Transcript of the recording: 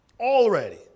Already